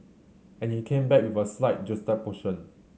and he came back with a slight juxtaposition